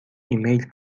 ایمیل